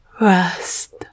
Rest